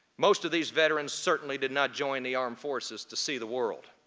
most of these veterans certainly did not join the armed forces to see the world.